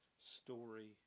story